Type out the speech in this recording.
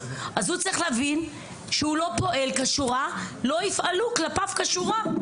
אז הוא צריך להבין שהוא לא פועל כשורה לא יפעלו כלפיו כשורה,